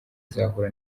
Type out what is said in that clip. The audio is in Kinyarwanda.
izahura